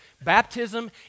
baptism